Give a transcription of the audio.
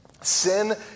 Sin